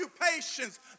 occupations